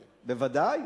בוודאי.